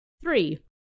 three